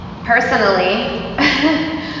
Personally